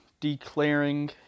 declaring